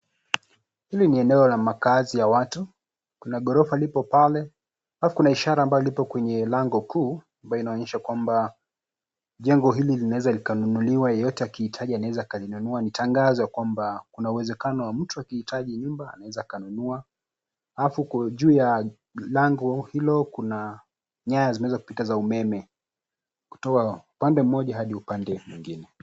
Ili ni eneo la makaazi ya watu, kuna ghorofa lipo pale, alafu kuna ishara ambayo lipo kwenye lango kuu ambayo inaonyesha kwamba jengo hili linaeza likanunuliwa yeyote akihitaji anaweza kalinunua. Tangazo kwamba kuna uwezekano wa mtu akihitaji nyumba anaeza kanunua, alafu huko juu ya lango hilo kuna nyaya zimeweza kupita za umeme kutoa upande mmoja hadi upande mwingine.